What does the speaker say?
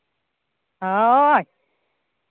ᱦᱳᱭ